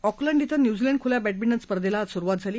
Auckland श्वे New Zealand खुल्या badminton स्पर्धेला आज सुरुवात झाली